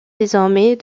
désormais